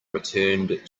returned